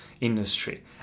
industry